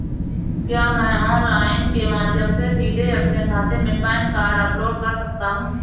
क्या मैं ऑनलाइन के माध्यम से सीधे अपने खाते में पैन कार्ड अपलोड कर सकता हूँ?